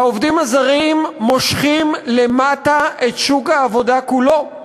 והעובדים הזרים מושכים למטה את שוק העבודה כולו,